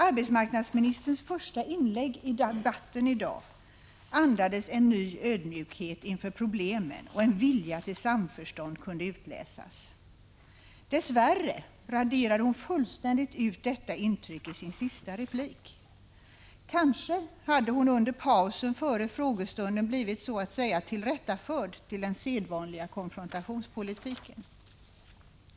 Arbetsmarknadsministerns första inlägg i debatten i dag andades en ny ödmjukhet inför problemen, och en vilja till samförstånd kunde utläsas. Dess värre raderade hon fullständigt ut detta intryck i sin sista replik. Kanske hade hon under pausen under frågestunden blivit så att säga tillrättaförd till den vanliga konfrontationspolitiken.